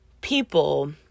people